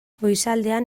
goizaldean